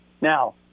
Now